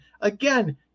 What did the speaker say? Again